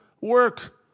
work